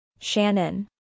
Shannon